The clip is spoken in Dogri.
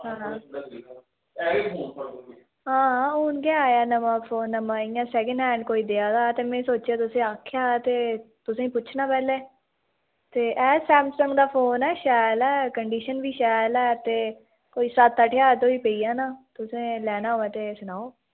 हां हां हून गै आया नमां फोन नमां इ'यां सैकिंड हैंड कोई देआ दा हा ते मैं सोचेआ तुसें आक्खेआ हा ते तुसेंगी पुच्छना पैह्ले ते ऐ सैमसंग दा फोन ऐ शैल ऐ कंडीशन बी शैल ऐ ते कोई सत्त अट्ठ ज्हार धोड़ी पेई जाना तुसें लैना होऐ ते सनाओ